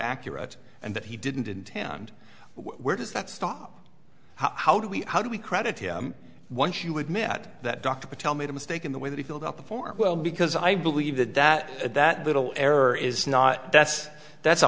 accurate and that he didn't intend where does that stop how do we how do we credit him once you admit that dr patel made a mistake in the way that he filled out the form because i believe that that that little error is not that's that's a